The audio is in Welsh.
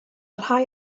rhai